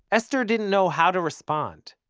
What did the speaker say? esther didn't know how to respond.